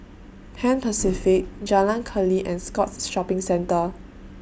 Pan Pacific Jalan Keli and Scotts Shopping Centre